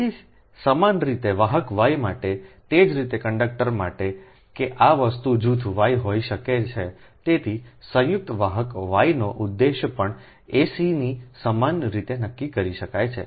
તેથી સમાન રીતે વાહક Y માટેતે જ રીતે કંડક્ટર માટે કે આ વસ્તુ જૂથ Y હોઈ શકે છેતેથી સંયુક્ત વાહક વાયનો ઉદ્દેશ પણ એસીની સમાન રીતે નક્કી કરી શકાય છે